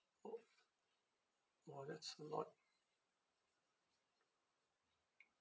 oo !wah! that's a lot